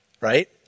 Right